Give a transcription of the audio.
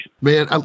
Man